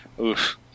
oof